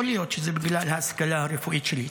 יכול להיות שזה בגלל ההשכלה הרפואית שלי.